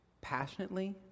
passionately